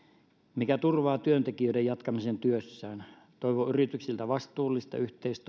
mikä turvaa työntekijöiden jatkamisen työssään toivon yrityksiltä vastuullisuutta